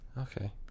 Okay